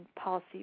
policy